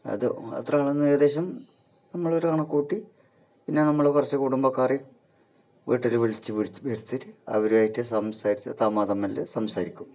അത് എത്രയാണെന്ന് ഏകദേശം നമ്മളൊരു കണക്കു കൂട്ടി പിന്നെ നമ്മൾ കുറച്ച് കുടുംബക്കാർ വീട്ടിൽ വിളിച്ച് വരുത്തിയിട്ട് അവരുമായിട്ട് സംസാരിച്ച് തമാ തമ്മിൽ സംസാരിക്കും